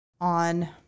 on